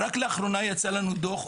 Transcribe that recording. רק לאחרונה יצא לנו דוח,